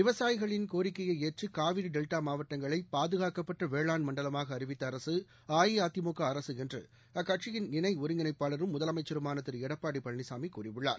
விவசாயிகளின் கோரிக்கையைஏற்றுகாவிரிடெல்டாமாவட்டங்களைபாதுகாக்கப்பட்டவேளாண் மண்டலமாக அறிவித்த அரசு அஇஅதிமுகஅரசுஎன்றுஅக்கட்சியின் இணைஒருங்கிணைப்பாளரும் முதலமைச்சருமானதிருளடப்பாடிபழனிசாமிகூறியுள்ளார்